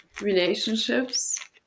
relationships